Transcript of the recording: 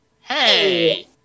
Hey